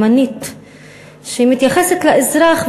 שמתייחסת לאזרח,